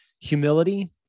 Humility